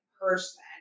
person